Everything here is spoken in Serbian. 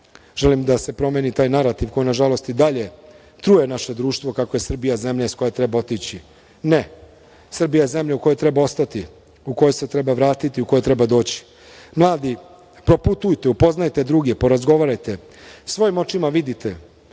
Želim da se promeni taj narativ koji nažalost i dalje truje naše društvo kako je Srbija zemlja iz koje treba otići. Ne, Srbija je zemlja u kojoj treba ostati, u koju se treba vratiti, u koju treba doći. Mladi, proputujte, upoznajte druge, porazgovarajte, svojim očima vidite.